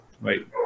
Wait